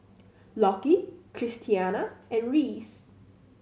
Lockie Christiana and Reese